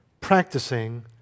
practicing